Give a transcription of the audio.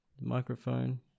microphone